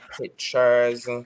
pictures